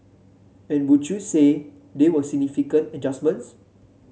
and would you say they were significant adjustments